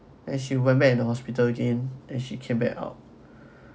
and she went back in the hospital again and she came back out